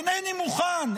אינני מוכן,